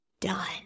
done